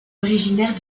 originaire